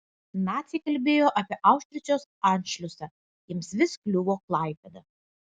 naciai kalbėjo apie austrijos anšliusą jiems vis kliuvo klaipėda